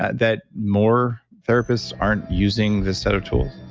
that more therapists aren't using this set of tools?